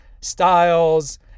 styles